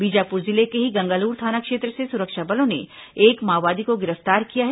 बीजापुर जिले के ही गंगालूर थाना क्षेत्र से सुरक्षा बलों ने एक माओवादी को गिरफ्तार किया है